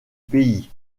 pays